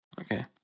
Okay